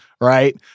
right